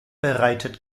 bereitet